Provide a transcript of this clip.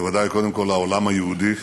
קודם כול עיני העולם היהודי,